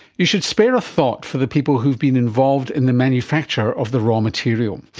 you should spare a thought for the people who have been involved in the manufacture of the raw material.